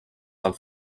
del